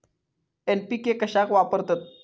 NPK कशाक वापरतत?